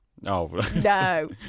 No